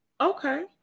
Okay